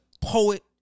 poet